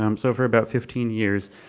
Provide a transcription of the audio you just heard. um so for about fifteen years.